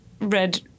Red